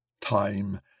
Time